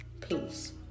Peace